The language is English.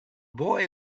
boy